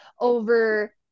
over